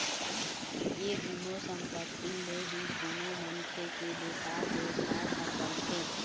ये दुनो संपत्ति ले ही कोनो मनखे के बेपार बेवसाय ह चलथे